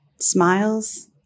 Smiles